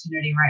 right